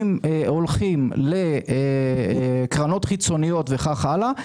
אם הולכים לקרנות חיצוניות וכן הלאה,